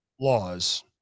laws